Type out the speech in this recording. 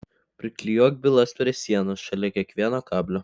priklijuok bylas prie sienos šalia kiekvieno kablio